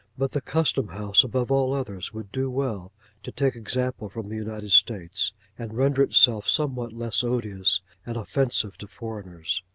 but the custom-house above all others would do well to take example from the united states and render itself somewhat less odious and offensive to foreigners.